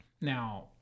Now